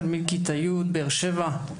תלמיד כיתה י', באר-שבע.